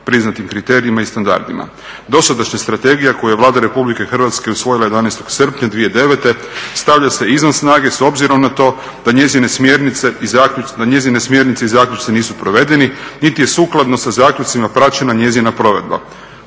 priznatim kriterijima i standardima. Dosadašnja strategija koju je Vlada Republike Hrvatske usvojila 11. srpnja 2009. stavlja se izvan snage s obzirom na to da njezine smjernice i zaključci nisu provedeni, niti je sukladno sa zaključcima praćena njezina provedba.